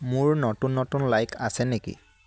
মোৰ নতুন নতুন লাইক আছে নেকি